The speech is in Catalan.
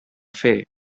fer